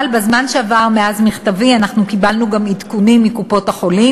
אבל בזמן שעבר מאז מכתבי אנחנו קיבלנו גם עדכונים מקופות-החולים,